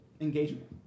engagement